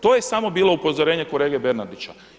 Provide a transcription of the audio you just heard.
To je samo bilo upozorenje kolege Bernardića.